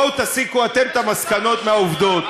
בואו תסיקו אתם את המסקנות מהעובדות.